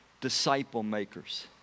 disciple-makers